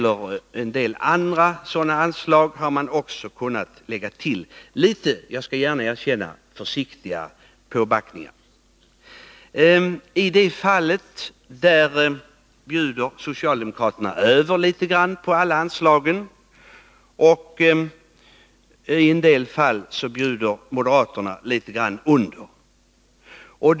En del andra sådana anslag har också kunnat ökas — det rör sig här om något försiktigare höjningar, det skall jag gärna erkänna. På det här området bjuder socialdemokraterna över litet på alla anslag, och moderaterna bjuder litet under i en del fall.